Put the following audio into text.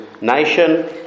nation